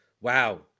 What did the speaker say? wow